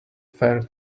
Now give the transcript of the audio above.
fire